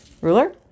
Ruler